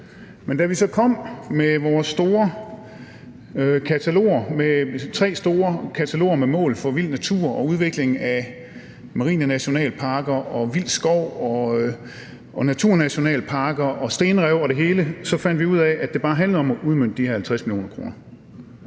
Men da vi så kom med vores store kataloger, tre store kataloger med mål for vild natur og udvikling af marine nationalparker og vild skov og naturnationalparker og stenrev og det hele, fandt vi ud af, at det bare handlede om at udmønte de her 50 mio. kr.,